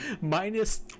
minus